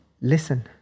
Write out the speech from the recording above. listen